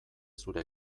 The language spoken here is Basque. zure